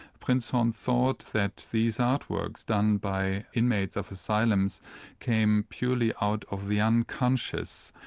prinzhorn thought that these artworks done by inmates of asylums came purely out of the unconscious,